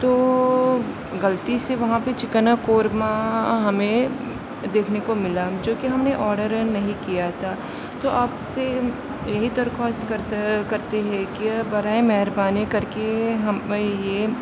توغلطی سے وہاں پہ چکن قورمہ ہمیں دیکھنے کو ملا جو کہ ہم نے آڈر نہیں کیا تھا تو آپ سے ہم یہی درخواست کرتے ہیں کہ برائے مہربانی کر کے ہمیں یہ